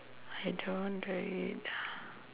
I don't really ah